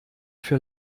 für